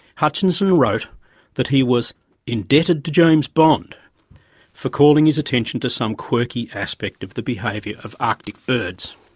hutchinson wrote that he was indebted to james bond for calling his attention to some quirky aspect of the behaviour of arctic birds.